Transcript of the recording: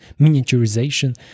miniaturization